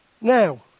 Now